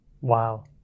Wow